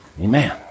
Amen